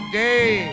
day